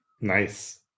Nice